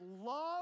love